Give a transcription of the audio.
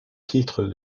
titre